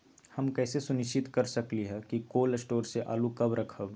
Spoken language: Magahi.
हम कैसे सुनिश्चित कर सकली ह कि कोल शटोर से आलू कब रखब?